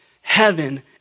heaven